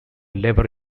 labor